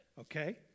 okay